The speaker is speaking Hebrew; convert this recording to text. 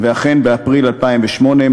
ואכן באפריל 2008,